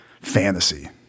fantasy